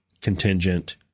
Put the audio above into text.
contingent